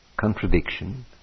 contradiction